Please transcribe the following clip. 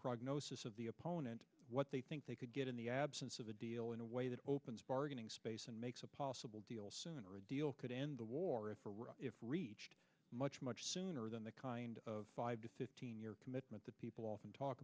prognosis of the opponent what they think they could get in the absence of a deal in a way that opens bargaining space and makes a possible deal sooner a deal could end the war if it's reached much much sooner than the kind of five to fifteen year commitment that people often talk